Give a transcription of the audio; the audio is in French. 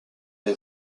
les